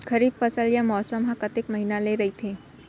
खरीफ फसल या मौसम हा कतेक महिना ले रहिथे?